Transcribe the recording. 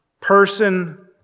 person